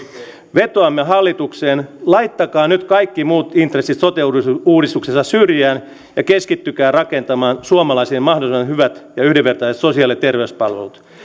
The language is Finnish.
vetoamme hallitukseen laittakaa nyt kaikki muut intressit sote uudistuksessa syrjään ja keskittykää rakentamaan suomalaisille mahdollisimman hyvät ja yhdenvertaiset sosiaali ja terveyspalvelut